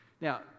Now